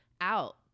out